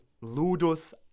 ludus